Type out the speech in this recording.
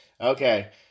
Okay